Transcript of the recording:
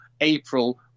April